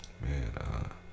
man